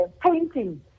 painting